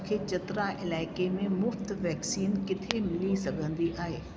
मूंखे चतरा इलाइके में मुफ़्त वैक्सीन किते मिली सघंदी आहे